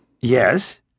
Yes